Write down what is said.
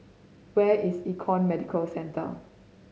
where is Econ Medicare Centre